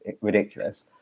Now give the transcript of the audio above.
ridiculous